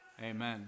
Amen